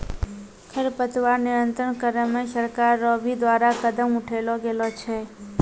खरपतवार नियंत्रण करे मे सरकार रो भी द्वारा कदम उठैलो गेलो छै